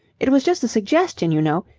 it was just a suggestion, you know.